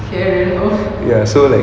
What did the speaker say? karen oh